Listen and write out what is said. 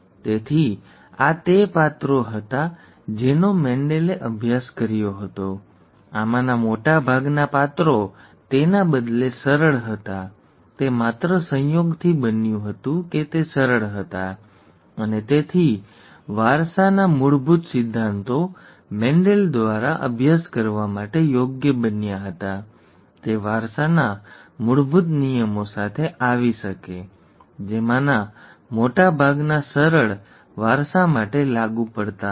તેથી આ તે પાત્રો હતા જેનો મેન્ડેલે અભ્યાસ કર્યો હતો આમાંના મોટા ભાગના પાત્રો તેના બદલે સરળ હતા તે માત્ર સંયોગથી બન્યું હતું કે તે સરળ હતા અને તેથી વારસાના મૂળભૂત સિદ્ધાંતો મેન્ડેલ દ્વારા અભ્યાસ કરવા માટે યોગ્ય બન્યા હતા તે વારસાના મૂળભૂત નિયમો સાથે આવી શકે જેમાંના મોટા ભાગના સરળ વારસા માટે લાગુ પડતા હતા